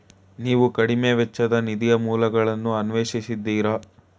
ನೀವು ಕಡಿಮೆ ವೆಚ್ಚದ ನಿಧಿಯ ಮೂಲಗಳನ್ನು ಅನ್ವೇಷಿಸಿದ್ದೀರಾ?